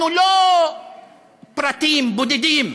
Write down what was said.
אנחנו לא פרטים בודדים.